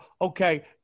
okay